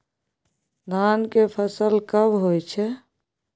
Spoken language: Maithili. धान के फसल कब होय छै?